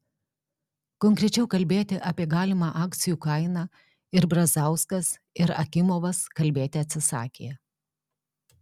konkrečiau kalbėti apie galimą akcijų kainą ir brazauskas ir akimovas kalbėti atsisakė